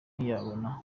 ntiyabona